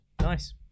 nice